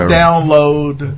download